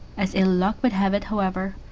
as ill-luck would have it, however,